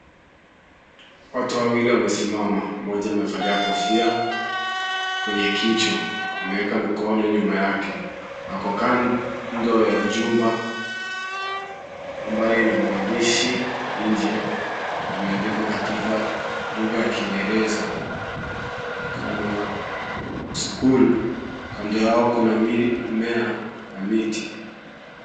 Watu wawili wamesimama. Mmoja amevalia kofia kwenye kichwa. Ameweka mikono nyuma yake. Ako kando ya jumba ambayo ina maandishi nje. Yameandikwa katika lugha ya kiingereza kama school . Kando yao kuna mimea na miti.